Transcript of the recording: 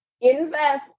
Invest